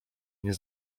nie